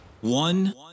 One